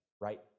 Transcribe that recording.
right